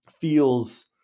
feels